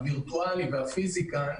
הווירטואליים והפיזיים כאן,